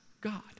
God